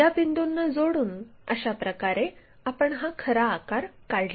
या बिंदूंना जोडून अशाप्रकारे आपण हा खरा आकार काढला